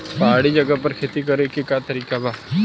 पहाड़ी जगह पर खेती करे के का तरीका बा?